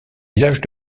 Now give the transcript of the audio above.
village